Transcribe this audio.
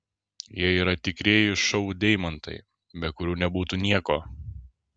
jie yra tikrieji šou deimantai be kurių nebūtų nieko